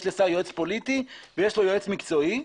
יש לשר יועץ פוליטי ויש לו יועץ מקצועי,